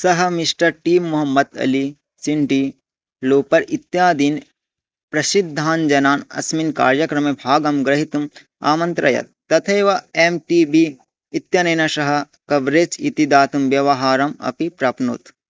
सः Mister T Muhammad Ali Cyndi Lauper इत्यादीनां प्रसिद्धान् जनान् अस्मिन् कार्यक्रमे भागं ग्रहीतुम् आमन्त्रयत् तथैव एं टी बी इत्यनेन सह कव्रेज् इति दातुं व्यवहारम् अपि प्राप्नोत्